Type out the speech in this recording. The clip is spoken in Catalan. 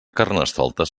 carnestoltes